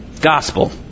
gospel